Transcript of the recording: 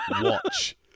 Watch